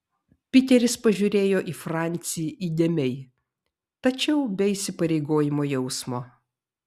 piteris pažiūrėjo į francį įdėmiai tačiau be įsipareigojimo jausmo